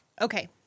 Okay